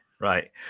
right